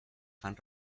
fan